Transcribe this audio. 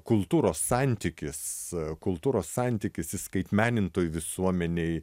kultūros santykis kultūros santykis įskaitmenintoj visuomenėj